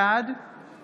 בעד